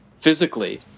physically